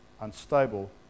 unstable